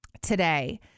today